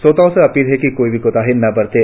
श्रोताओं से अपील है कि कोई भी कोताही न बरतें